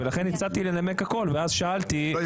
לכן הצעתי לנמק הכול ואז שאלתי --- לא,